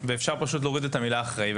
ואפשר פשוט להוריד את המילה אחראי.